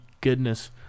goodness